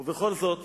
כמובן, ובכל זאת